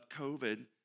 COVID